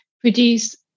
produce